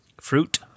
Fruit